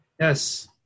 Yes